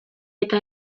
eta